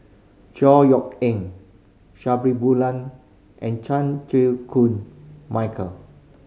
Chor Yeok Eng Sabri and Chan Chew Koon Michael